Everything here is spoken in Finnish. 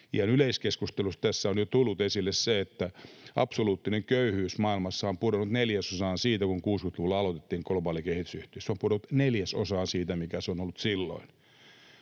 Tässä yleiskeskustelussa on jo tullut esille se, että absoluuttinen köyhyys maailmassa on pudonnut neljäsosaan siitä, kun 60-luvulla aloitettiin globaali kehitysyhteistyö — se on pudonnut neljäsosaan siitä, mikä se on ollut silloin.